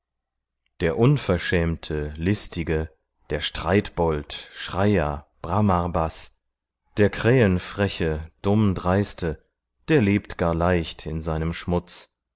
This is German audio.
der unverschämte listige der streitbold schreier bramarbas der krähenfreche dummdreiste der lebt gar leicht in seinem schmutz